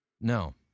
No